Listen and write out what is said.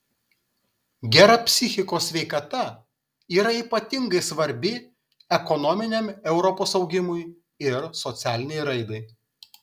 gera psichikos sveikata yra ypatingai svarbi ekonominiam europos augimui ir socialinei raidai